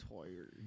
Tired